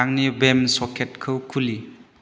आंनि बेम सकेटखौ खुलि